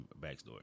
backstory